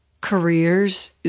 careers